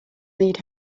need